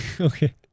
Okay